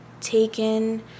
taken